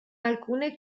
alcune